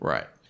Right